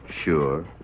Sure